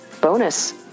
bonus